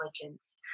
intelligence